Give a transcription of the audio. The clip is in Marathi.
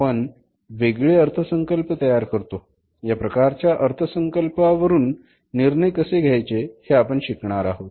आपण वेगळे अर्थसंकल्प तयार करतो या प्रकारच्या अर्थसंकल्प वरून निर्णय कसे घ्यायचे हे आपण शिकणार आहोत